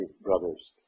brothers